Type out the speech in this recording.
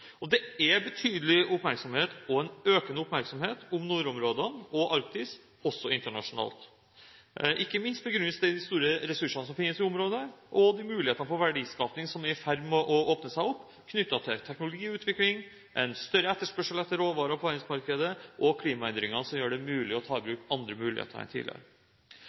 Og det er betydelig oppmerksomhet – og en økende oppmerksomhet – om nordområdene og Arktis også internasjonalt, ikke minst begrunnet med de store ressursene som finnes i området, og de mulighetene for verdiskaping som er i ferd med å åpne seg opp, knyttet til teknologiutvikling, en større etterspørsel etter råvarer på verdensmarkedet og klimaendringene, som gjør det mulig å ta i bruk andre muligheter enn tidligere.